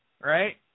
Right